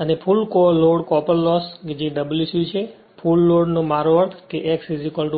અને full load copper loss કે જે W c છે ફુલ લોડ અર્થ છે કે x 1